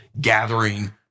gathering